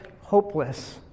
hopeless